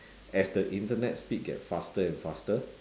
as the Internet speed get faster and faster